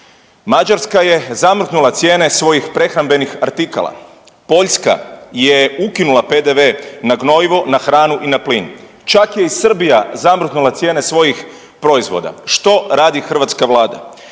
Mađarska je zamrznula cijene svojih prehrambenih artikala. Poljska je ukinula PDV na gnojivo, na hranu i na plin. Čak je i Srbija zamrznula cijene svojih proizvoda. Što radi hrvatska Vlada?